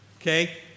Okay